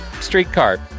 streetcar